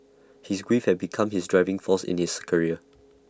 his grief had become his driving force in his career